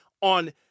on